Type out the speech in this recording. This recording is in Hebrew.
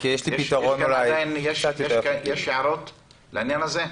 כי יש לי פתרון אולי קצת יותר --- יש הערות לעניין הזה?